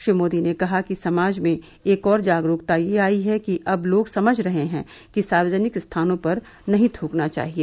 श्री मोदी ने कहा कि समाज में एक और जागरूकता यह आई है कि अब लोग समझ रहे हैं कि सार्वजनिक स्थानों पर नहीं थूकना चाहिए